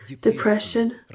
depression